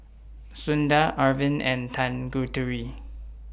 Sundar Arvind and Tanguturi